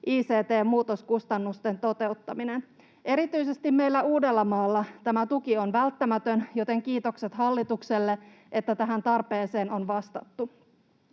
ict-muutoskustannusten toteuttaminen. Erityisesti meillä Uudellamaalla tämä tuki on välttämätön, joten kiitokset hallitukselle, että tähän tarpeeseen on vastattu.